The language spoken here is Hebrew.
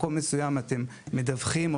אם הם יראו שבמקום מסוים אתם מדווחים או